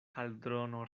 kaldrono